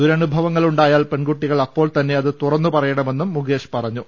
ദുരനുഭവങ്ങൾ ഉണ്ടായാൽ പെൺകുട്ടികൾ അപ്പോൾ തന്നെ അത് തുറന്നുപറയണമെന്നും മുകേഷ് പറഞ്ഞു